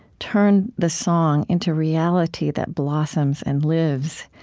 turn the song into reality that blossoms and lives.